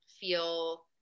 feel